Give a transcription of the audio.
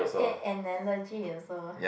a~ analogy also